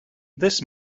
this